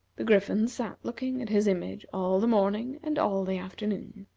the griffin sat looking at his image all the morning and all the afternoon.